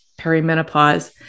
perimenopause